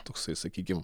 toksai sakykim